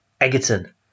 Egerton